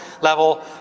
level